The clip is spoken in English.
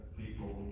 people